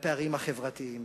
והפערים החברתיים,